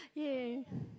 ya